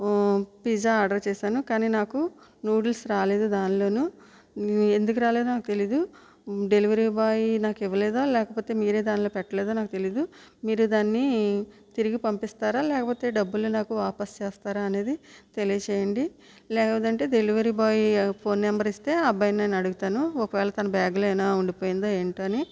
pizza order చేశాను కానీ నాకు నూడుల్స్ రాలేదు దానిలోను ఎందుకు రాలేదు నాకు తెలియదు డెలివరీ బాయ్ నాకు ఇవ్వలేదా లేకపోతే మీరే దాంట్లో పెట్టలేదా నాకు తెలీదు మీరు దాన్ని తిరిగి పంపిస్తారా లేకపోతే డబ్బులు నాకు వాపస్ చేస్తారా అనేది తెలియజేయండి లేదంటే డెలివరీ బాయ్ ఫోన్ నెంబర్ ఇస్తే ఆ అబ్బాయిని నేను అడుగుతాను ఒకవేళ తన బ్యాగులో ఏమైనా ఉండిపోయిందో ఏంటో అని